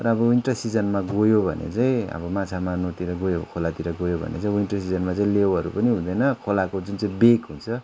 र अब विन्टर सिजनमा गयो भने चाहिँ अब माछा मार्नुतिर गयो खोलातिर गयो भने चाहिँ विन्टर सिजनमा चाहिँ लेउहरू पनि हुँदैन खोलाको जुन चाहिँ वेग हुन्छ